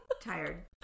Tired